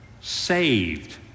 saved